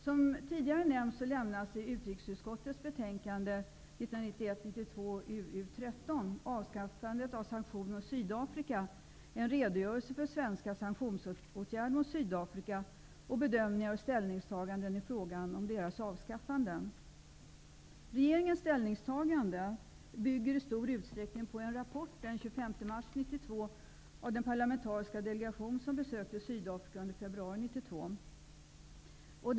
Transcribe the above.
Som tidigare nämnts lämnas i utrikesutskottets betänkande 1991/92:UU13 Avskaffandet av sanktioner mot Sydafrika, en redogörelse för svenska sanktionsåtgärder mot Sydafrika och bedömningar och ställningstaganden i frågan om deras avskaffande. Regeringens ställningstagande bygger i stor utsträckning på en rapport från den 25 mars 1992 av den parlamentariska delegation som besökte Sydafrika under februari 1992.